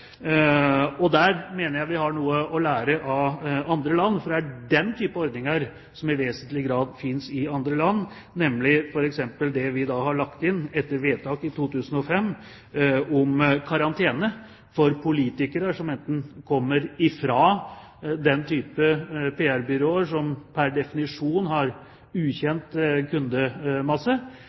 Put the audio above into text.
og her mener jeg vi har noe å lære av andre land. For den type ordninger som i vesentlig grad finnes i andre land, er det vi f.eks. har lagt inn etter vedtak i 2005, om karantene for politikere som enten kommer fra den type PR-byråer og som pr. definisjon har ukjent kundemasse,